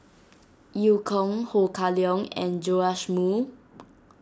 Eu Kong Ho Kah Leong and Joash Moo